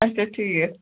اچھا ٹھیٖک